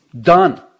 Done